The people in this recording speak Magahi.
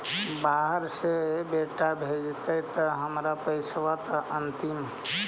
बाहर से बेटा भेजतय त हमर पैसाबा त अंतिम?